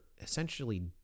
essentially